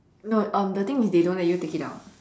no um the thing is they don't let you take it out